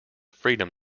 freedom